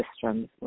systems